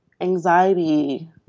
anxiety